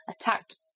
attacked